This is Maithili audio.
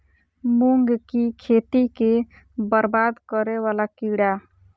मूंग की खेती केँ बरबाद करे वला कीड़ा?